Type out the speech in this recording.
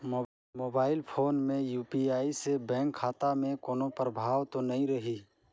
Mobile phone मे UPI से bank खाता मे कोनो प्रभाव तो नइ रही?